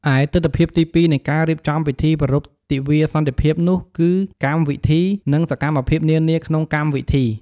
ឯទិដ្ឋភាពទីពីរនៃការរៀបចំពិធីប្រារព្ធទិវាសន្តិភាពនោះគឺកម្មវិធី និងសកម្មភាពនានាក្នុងកម្មវិធី។